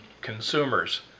consumers